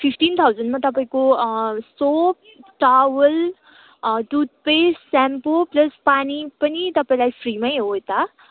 fifteen थाउजन्डमा तपाईँको soap towel toothpaste shampoo plus पानी पनि तपाईँलाई फ्रीमै हो यता